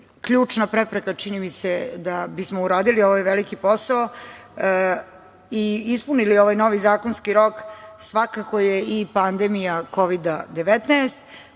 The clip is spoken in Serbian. ključna prepreka, čini mi se, da bismo uradili ovaj veliki posao i ispunili ovaj novi zakonski rok svakako je i pandemija Kovida 19